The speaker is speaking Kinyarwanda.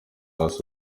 hasi